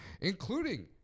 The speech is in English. including